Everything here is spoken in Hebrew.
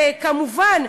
וכמובן,